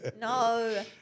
No